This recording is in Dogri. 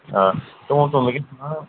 आं हुन तूं मिगी सना